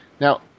Now